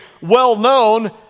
well-known